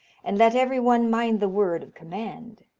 and let every one mind the word of command.